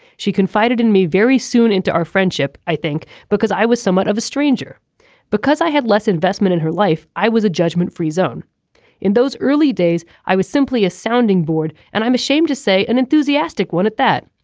she confided in me very soon into our friendship i think because i was somewhat of a stranger because i had less investment in her life. i was a judgement free zone in those early days. i was simply a sounding board and i i'm ashamed to say an enthusiastic one at that.